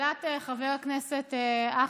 חברת הכנסת לסקי.